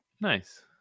Nice